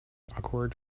awkward